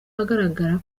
agaragara